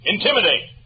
Intimidate